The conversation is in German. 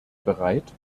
bereit